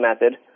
method